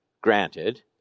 granted